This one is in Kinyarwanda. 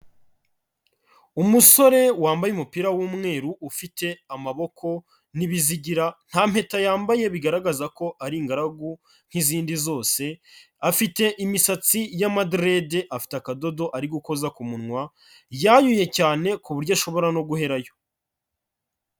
Umusore wambaye umupira w'umweru ufite amaboko, n'ibizigira nta mpeta yambaye bigaragaza ko ari ingaragu nk'izindi zose, afite imisatsi y'amaderedi afite akadodo ari gukoza ku munwa, yanyuye cyane kuburyo ashobora no guherayo.